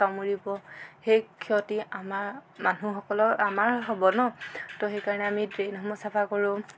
কামোৰিব সেই ক্ষতি আমাৰ মানুহসকলৰ আমাৰ হ'ব ন ত' সেইকাৰণে আমি ড্ৰে'নসমূহ চফা কৰো